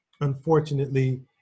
unfortunately